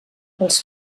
els